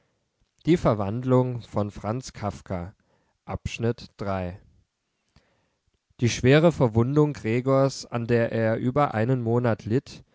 iii die schwere verwundung gregors an der er über einen monat litt